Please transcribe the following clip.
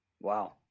Wow